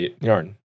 yarn